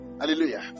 Hallelujah